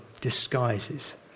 disguises